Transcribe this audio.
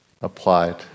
Applied